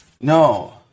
No